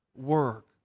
work